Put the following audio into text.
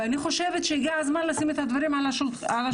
אני חושבת שהגיע הזמן לשים את הדברים על השולחן,